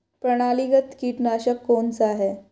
प्रणालीगत कीटनाशक कौन सा है?